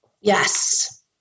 Yes